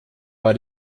war